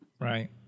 Right